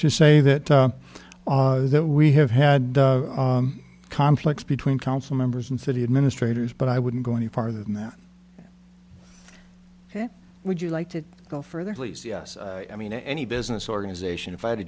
to say that we have had conflicts between council members and city administrators but i wouldn't go any farther than that would you like to go further please yes i mean any business organization if i had a